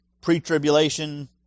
pre-tribulation